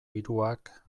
hiruak